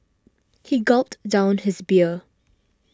he gulped down his beer